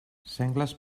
sengles